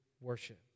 worship